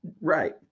Right